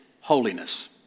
holiness